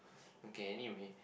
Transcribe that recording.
M kay anyway